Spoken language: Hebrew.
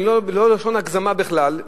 לא בלשון הגזמה בכלל,